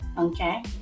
okay